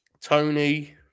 Tony